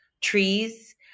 trees